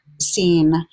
scene